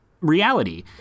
reality